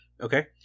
Okay